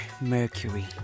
Mercury